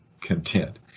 content